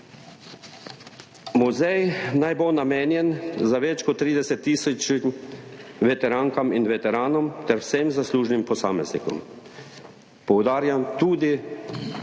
Muzej naj bo namenjen več kot 30 tisoč veterankam in veteranom ter vsem zaslužnim posameznikom, poudarjam, tudi